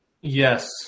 Yes